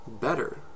better